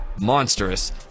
Monstrous